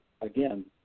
again